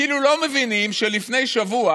כאילו לא מבינים שלפני שבוע